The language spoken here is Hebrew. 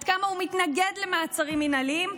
עד כמה הוא מתנגד למעצרים מינהליים,